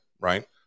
Right